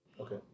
Okay